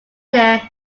there